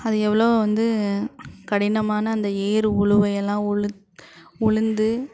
அது எவ்வளோ வந்து கடினமான அந்த ஏர் உழுவையெல்லாம் உலு உழுந்து